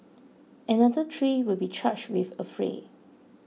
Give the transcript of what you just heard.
another three will be charged with affray